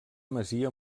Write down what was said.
masia